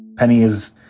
penny is,